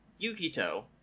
Yukito